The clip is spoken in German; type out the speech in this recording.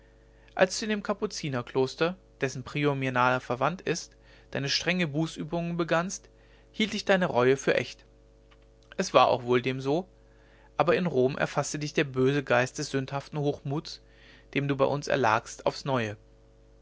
als du in dem kapuzinerkloster dessen prior mir nahe verwandt ist deine strenge bußübungen begannst hielt ich deine reue für echt es war auch wohl dem so aber in rom erfaßte dich der böse geist des sündhaften hochmuts dem du bei uns erlagst aufs neue